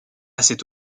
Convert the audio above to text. cette